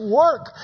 work